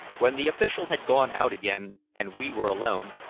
when the official had gone out again and we were alone,